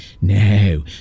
no